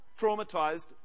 traumatized